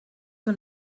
que